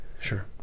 sure